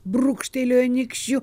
brūkštelėjo nykščiu